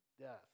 death